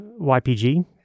YPG